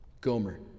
Gomer